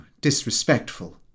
disrespectful